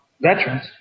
veterans